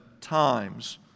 times